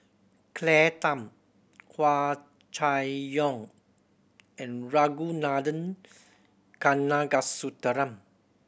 Claire Tham Hua Chai Yong and Ragunathar Kanagasuntheram